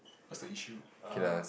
what's the issue ah